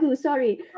sorry